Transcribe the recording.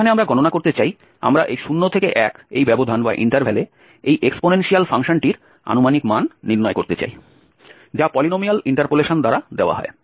এখানে আমরা গণনা করতে চাই আমরা এই 0 থেকে 1 ব্যবধানে এই এক্সপোনেনশিয়াল ফাংশনটির আনুমানিক মান নির্ণয় করতে চাই যা পলিনোমিয়াল ইন্টারপোলেশন দ্বারা দেওয়া হয়